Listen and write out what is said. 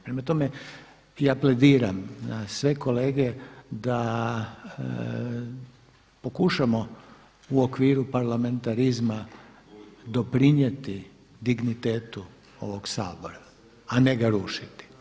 Prema tome, ja plediram na sve kolege da pokušamo u okviru parlamentarizma doprinijeti dignitetu ovog Sabora, a ne ga rušiti.